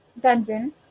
dungeon